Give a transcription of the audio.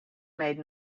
made